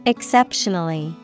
Exceptionally